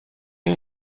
این